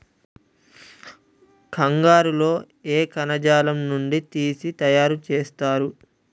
కంగారు లో ఏ కణజాలం నుండి తీసి తయారు చేస్తారు?